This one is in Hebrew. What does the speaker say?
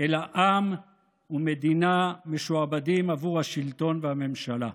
אלא עם ומדינה משועבדים עבור השלטון והממשלה.